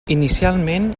inicialment